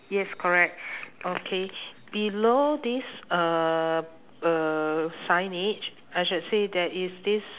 yes correct okay below this um uh signage I should say there is this